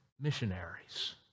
missionaries